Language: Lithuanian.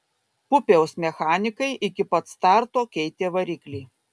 pupiaus mechanikai iki pat starto keitė variklį